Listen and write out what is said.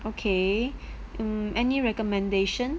okay um any recommendation